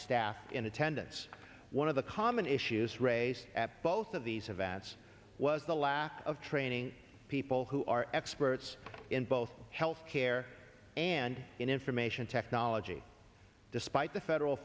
staff in attendance one of the common issues raised at both of these events was the lack of training people who are experts in both health care and in information technology despite the federal